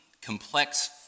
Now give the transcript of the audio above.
complex